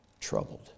troubled